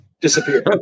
disappear